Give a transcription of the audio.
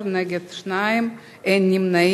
בעד 11, נגד, 2, אין נמנעים.